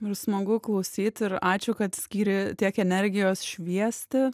ir smagu klausyt ir ačiū kad skyrė tiek energijos šviesti